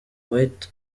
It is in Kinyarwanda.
white